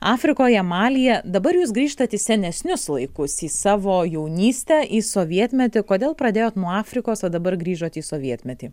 afrikoje malyje dabar jūs grįžtat į senesnius laikus į savo jaunystę į sovietmetį kodėl pradėjot nuo afrikos o dabar grįžot į sovietmetį